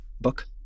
book